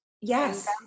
Yes